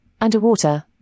underwater